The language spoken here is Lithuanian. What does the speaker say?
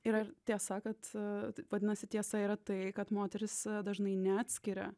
ir ar tiesa kad vadinasi tiesa yra tai kad moterys dažnai neatskiria